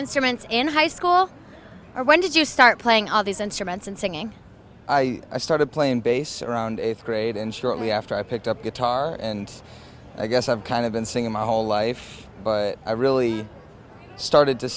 instruments in high school or when did you start playing all these instruments and singing i started playing bass around eighth grade and shortly after i picked up a guitar and i guess i've kind of been singing my whole life but i really started to